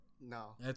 No